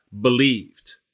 believed